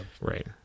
right